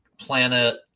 planet